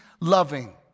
loving